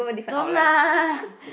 don't lah